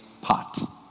pot